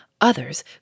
Others